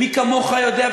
מי כמוך יודע,